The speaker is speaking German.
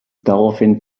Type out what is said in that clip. daraufhin